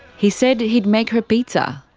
he said he'd make her pizza.